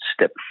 step